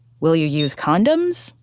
will you use condoms,